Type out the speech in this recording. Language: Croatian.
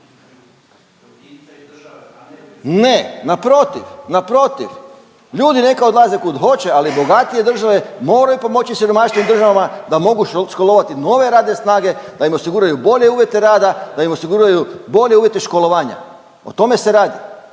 Ne, naprotiv, naprotiv ljudi neka odlaze kud hoće, ali bogatije države moraju pomoći siromašnijim državama da mogu školovati nove radne snage, da im osiguraju bolje uvjete rada, da im osiguraju bolje uvjete školovanja. O tome se radi